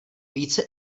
více